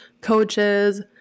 coaches